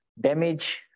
damage